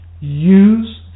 use